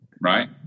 Right